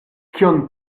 kion